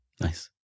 Nice